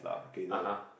(uh huh)